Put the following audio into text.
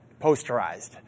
Posterized